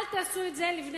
אל תעשו את זה לבני-הנוער.